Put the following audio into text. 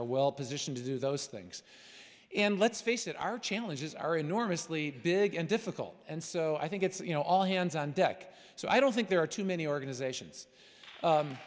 are well positioned to do those things and let's face it our challenges are enormously big and difficult and so i think it's you know all hands on deck so i don't think there are too many organizations